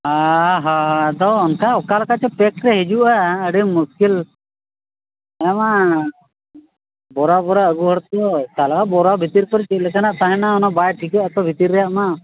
ᱦᱮᱸᱦᱮᱸ ᱟᱫᱚ ᱚᱱᱠᱟ ᱚᱠᱟ ᱞᱮᱠᱟ ᱪᱚᱝ ᱯᱮᱠ ᱨᱮ ᱦᱤᱡᱩᱜᱼᱟ ᱟᱹᱰᱤ ᱢᱩᱥᱠᱤᱞ ᱦᱮᱸ ᱢᱟ ᱵᱷᱚᱨᱟ ᱵᱷᱚᱨᱟ ᱟᱹᱜᱩ ᱦᱚᱲ ᱠᱚ ᱛᱟᱞᱟ ᱵᱷᱚᱨᱟ ᱵᱷᱤᱛᱤᱨ ᱠᱚᱨᱮ ᱪᱮᱫ ᱞᱮᱠᱟᱱᱟᱜ ᱛᱟᱦᱮᱱᱟ ᱚᱱᱟ ᱵᱟᱭ ᱴᱷᱤᱠᱟᱹᱜ ᱟᱛᱚ ᱵᱷᱤᱛᱤᱨ ᱨᱮᱭᱟᱜ ᱢᱟ